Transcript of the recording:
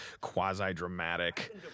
quasi-dramatic